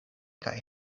kaj